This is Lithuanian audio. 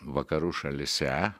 vakarų šalyse